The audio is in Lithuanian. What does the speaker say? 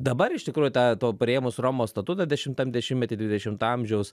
dabar iš tikrųjų tą to priėmus romos statutą dešimtam dešimtmety dvidešimto amžiaus